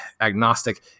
agnostic